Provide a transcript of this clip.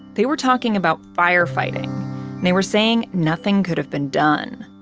they were talking about firefighting. and they were saying nothing could've been done.